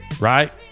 Right